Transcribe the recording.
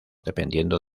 dependiendo